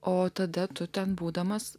o tada tu ten būdamas